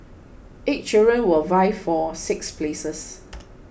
eight children will vie for six places